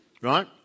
right